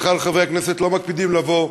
בכלל, חברי הכנסת לא מקפידים לבוא,